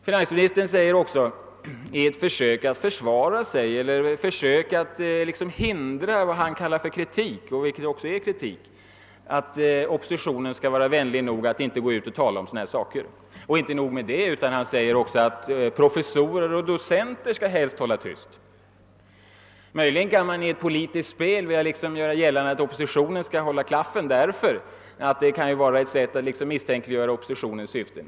Finansministern säger också i ett försök att försvara sig eller i ett försök att hindra kritik, att oppositionen skall vara vänlig nog att inte tala om sådana saker. Inte nog med det, utan han säger också att professorer och docenter helst skall hålla tyst. Möjligen kan man i ett politiskt spel göra gällande att oppositionen skall »hålla klaffen«, därför att det kan vara ett sätt att misstänkliggöra oppositionens syften.